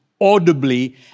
audibly